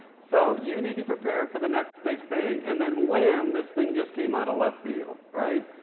so you need to prepare for the next big thing. and then, wham, this thing just came out of left field, right?